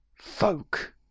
folk